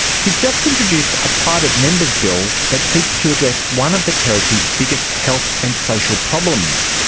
he has just introduced a private member's bill that seeks to address one of the territory's biggest health and social problems,